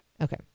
Okay